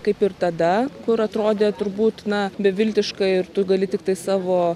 kaip ir tada kur atrodė turbūt na beviltiška ir tu gali tiktai savo